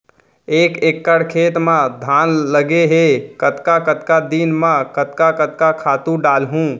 एक एकड़ खेत म धान लगे हे कतका कतका दिन म कतका कतका खातू डालहुँ?